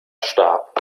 starb